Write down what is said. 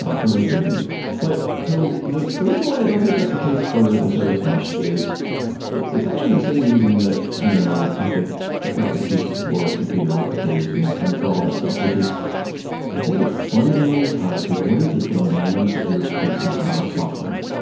for linkerd maybe but so the the reason why i don't think that's the case for the service mesh is it's actually the same reason that you know i think it's not the case for container orchestrators and and for all that stuff, which is i think it's fundamentally tied to what are the demands that we are placing on our software,